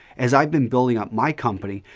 as i've been building up my company,